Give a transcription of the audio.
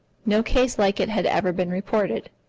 no case like it had ever been reported.